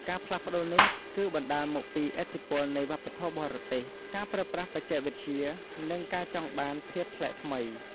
ការផ្លាស់ប្ដូរនេះគឺបណ្ដាលមកពីឥទ្ធិពលនៃ វប្បធម៌បរទេស ការប្រើប្រាស់បច្ចេកវិទ្យា និងការចង់បានភាពប្លែកថ្មី។